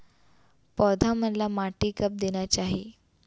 पौधा मन ला माटी कब देना चाही?